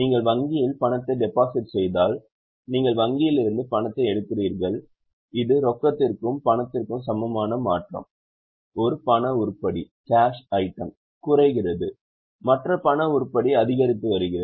நீங்கள் வங்கியில் பணத்தை டெபாசிட் செய்தால் நீங்கள் வங்கியில் இருந்து பணத்தை எடுக்கிறீர்கள் இது ரொக்கத்திற்கும் பணத்திற்கும் சமமான மாற்றம் ஒரு பண உருப்படி குறைகிறது மற்ற பண உருப்படி அதிகரித்து வருகிறது